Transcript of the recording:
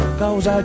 cause